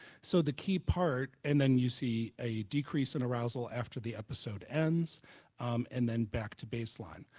so the key part and then you see a decrease in acerousal after the episode ends and then back to base line.